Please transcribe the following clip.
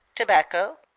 tobacco,